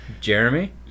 Jeremy